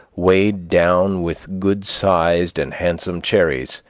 weighed down with good-sized and handsome cherries,